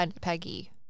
peggy